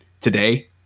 today